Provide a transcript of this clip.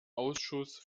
ausschuss